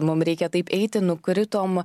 mum reikia taip eiti nukritom